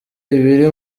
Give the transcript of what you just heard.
ibiri